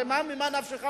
הרי ממה נפשך?